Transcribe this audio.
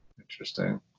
Interesting